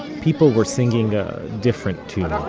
people were singing a different tune um